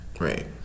right